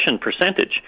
percentage